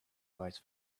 vice